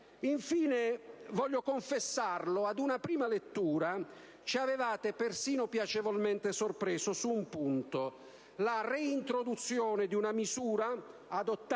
Infine - voglio confessarlo - a una prima lettura ci avevate persino piacevolmente sorpreso su un punto: la reintroduzione di una misura adottata